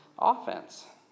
Offense